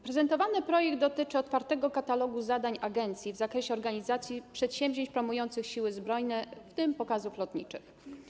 Prezentowany projekt dotyczy otwartego katalogu zadań agencji w zakresie organizacji przedsięwzięć promujących Siły Zbrojne, w tym pokazów lotniczych.